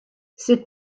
ses